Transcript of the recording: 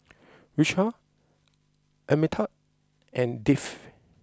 Vishal Amitabh and Dev